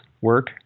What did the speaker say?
work